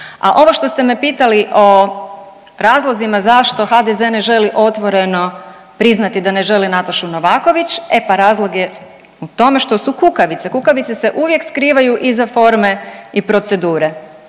A ovo što ste me pitali o razlozima zašto HDZ-e ne želi otvoreno priznati da ne želi Natašu Novaković, e pa razlog je u tome što su kukavice. Kukavice se uvijek skrivaju iza forme i procedure